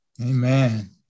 Amen